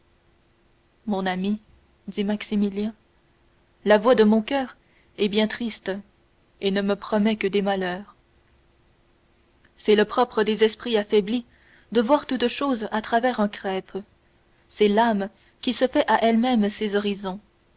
mon ami dit maximilien la voix de mon coeur est bien triste et ne me promet que des malheurs c'est le propre des esprits affaiblis de voir toutes choses à travers un crêpe c'est l'âme qui se fait à elle-même ses horizons